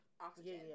oxygen